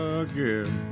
again